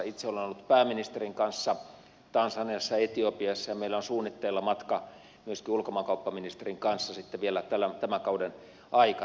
itse olen ollut pääministerin kanssa tansaniassa ja etiopiassa ja meillä on suunnitteilla matka myöskin ulkomaankauppaministerin kanssa sitten vielä tämän kauden aikana